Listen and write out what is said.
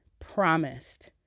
promised